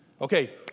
Okay